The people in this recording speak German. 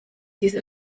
diese